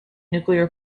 nuclear